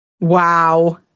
Wow